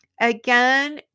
again